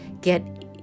get